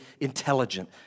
intelligent